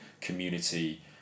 community